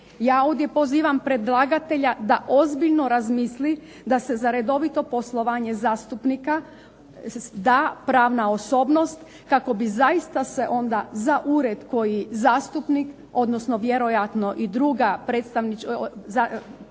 Ja ovdje pozivam predlagatelja da ozbiljno razmisli da se za redovito poslovanje zastupnika da pravna osobnost kako bi zaista se onda za ured koji zastupnik, odnosno vjerojatno i druga, zastupnici